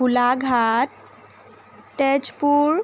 Golaghat Tezpur